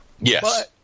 Yes